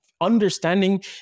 understanding